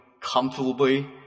comfortably